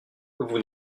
vous